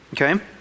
Okay